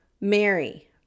Mary